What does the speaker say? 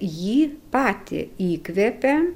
jį patį įkvėpė